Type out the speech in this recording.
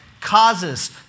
causes